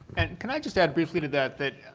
and can i just add briefly to that that